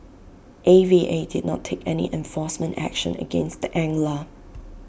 A V A did not take any enforcement action against the angler